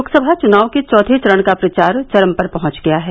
लोकसभा चुनाव के चौथे चरण का प्रचार चरम पर पहुंच गया है